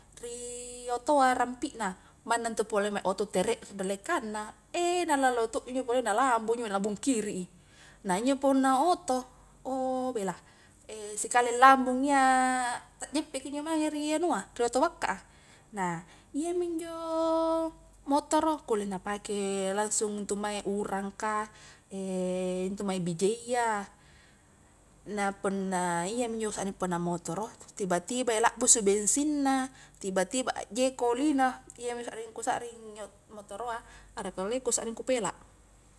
Ri otoa rampi na, manna ntu pole mai oto tere ridallekangna eh nalallo to injo pole nalambung injo lambung kiri i, nah injo punna oto, oh belah sikali lambung iya tajjeppekki njo mange ri anua ri oto bakka a, nah iyami njo motor kulle napake langsung intu mae urangkah, intu mai bijayya, nah punna iyami njo saning punna motoro tiba-tibai labbusu bensinna, tiba-tiba a jeko olina, iyami sarring kusarring njo motoroa ara kalea kusarring kupela.